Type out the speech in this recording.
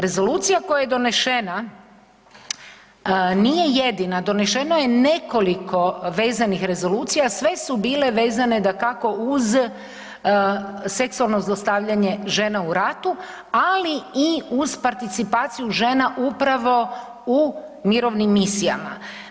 Rezolucija koja je donešena nije jedina, donešeno je nekoliko vezanih rezolucija sve su bile vezano uz seksualno zlostavljanje žena u ratu, ali uz participaciju žena upravo u mirovnim misijama.